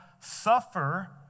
suffer